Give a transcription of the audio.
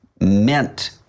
meant